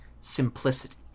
simplicity